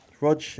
Rog